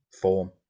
form